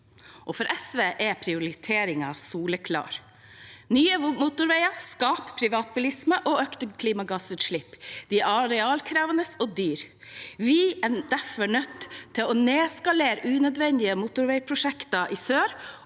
For SV er prioriteringen soleklar: Nye motorveier skaper privatbilisme og økte klimagassutslipp. De er arealkrevende og dyre. Vi er derfor nødt til å nedskalere unødvendige motorveiprosjekter i sør